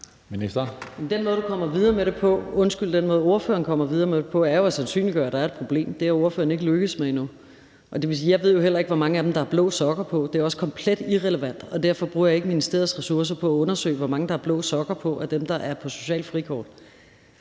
boligministeren (Pernille Rosenkrantz-Theil): Den måde, ordføreren kommer videre med det på, er jo at sandsynliggøre, at der er et problem. Det er ordføreren ikke lykkedes med endnu. Jeg ved jo heller ikke, hvor mange af dem der har blå sokker på, og det er også komplet irrelevant. Derfor bruger jeg ikke ministeriets ressourcer på at undersøge, hvor mange der har blå sokker på af dem, der er på socialt frikort,